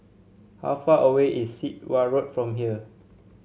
how far away is Sit Wah Road from here